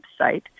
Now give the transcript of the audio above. website